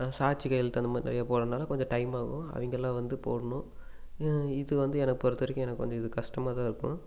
சாட்சி கையெழுத்து அந்த மாதிரி நிறைய போடுறனாள கொஞ்சம் டைம் ஆகும் அவங்கெல்லாம் வந்து போடணும் இது வந்து என்னை பொறுத்த வரைக்கும் எனக்கு கொஞ்சம் இது கஷ்டமாக தான் இருக்கும்